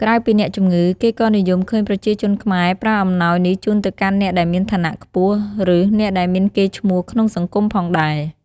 ក្រៅពីអ្នកជំងឺ គេក៏និយមឃើញប្រជាជនខ្មែរប្រើអំណោយនេះជូនទៅកាន់អ្នកដែលមានឋានៈខ្ពស់ ឬ អ្នកដែលមានកេរ្តិ៍ឈ្មោះក្នុងសង្គមផងដែរ។